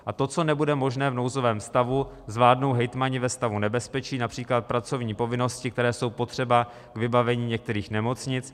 A to, co nebude možné v nouzovém stavu, zvládnou hejtmani ve stavu nebezpečí, například pracovní povinnosti, které jsou potřeba k vybavení některých nemocnic.